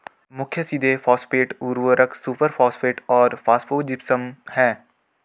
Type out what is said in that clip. मुख्य सीधे फॉस्फेट उर्वरक सुपरफॉस्फेट और फॉस्फोजिप्सम हैं